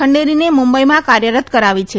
ખંડેરીને મુંબઇમાં કાર્યરત કરાવી છે